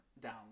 down